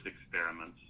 experiments